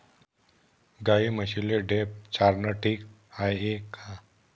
गाई म्हशीले ढेप चारनं ठीक हाये का?